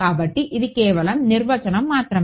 కాబట్టి ఇది కేవలం నిర్వచనం మాత్రమే